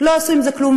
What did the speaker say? והם לא עשו עם זה כלום,